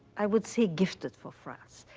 i would say gifted for france.